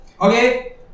Okay